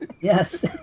Yes